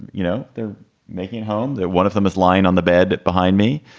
you know, they're making it home that one of them is lying on the bed behind me.